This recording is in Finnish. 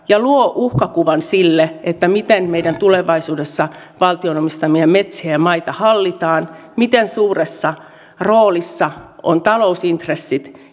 ja luovat uhkakuvan siitä miten meidän tulevaisuudessa valtion omistamia metsiä ja maita hallitaan miten suuressa roolissa ovat talousintressit